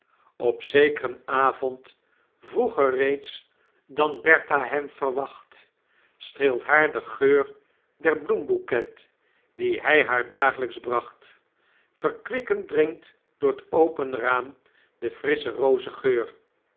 op zekren avond vroeger reeds dan bertha hem verwacht streelt haar de geur der bloembouquet die hy haar daaglijks bracht verkwikkend dringt door t open raam de frissche rozengeur